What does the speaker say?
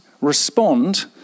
respond